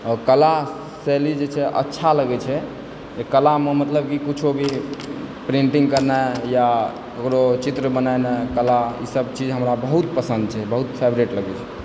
आओर कला शैली जे छै अच्छा लगै छै जे कलामे मतलब कि किछो भी पेंटिंग करनाइ या ककरो चित्र बनेनाइ कला ईसभ चीज हमरा बहुत पसन्द छै बहुत फेवरिट लगै छै